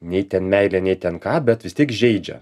nei ten meilė nei ten ką bet vis tiek žeidžia